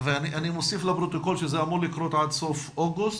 אני מוסיף לפרוטוקול שזה אמור לקרות עד סוף אוגוסט.